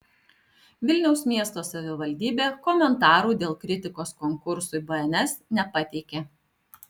vilniaus miesto savivaldybė komentarų dėl kritikos konkursui bns nepateikė